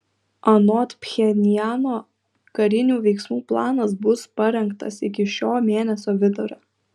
anot pchenjano karinių veiksmų planas bus parengtas iki šio mėnesio vidurio